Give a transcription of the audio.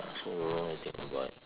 I also don't know I think about it